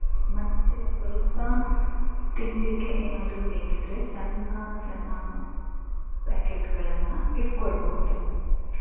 ಮತ್ತೆ ಸ್ವಲ್ಪ ತಿನ್ನಲಿಕ್ಕೆ ಏನಾದರೂ ಬೇಕಿದ್ದರೆ ಸಣ್ಣ ಸಣ್ಣ ಪ್ಯಾಕೆಟ್ಗಳನ್ನು ಇಟ್ಕೊಳ್ಬಹುದು